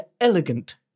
elegant